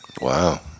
Wow